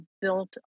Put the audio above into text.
built